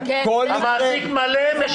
המעסיק משפה אותו מלא.